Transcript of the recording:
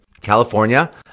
California